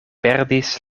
perdis